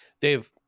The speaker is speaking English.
Dave